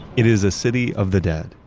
it is a city of the dead,